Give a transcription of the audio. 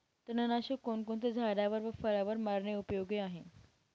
तणनाशक कोणकोणत्या झाडावर व फळावर मारणे उपयोगी आहे?